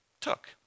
Took